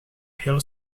hill